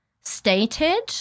stated